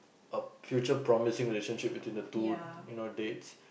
a future promising relationship between the two you know dates